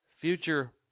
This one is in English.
future